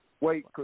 Wait